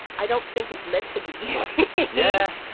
i don't think it's meant to be easy yeah.